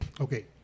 okay